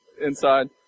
inside